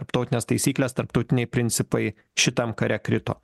tarptautinės taisykles tarptautiniai principai šitam kare krito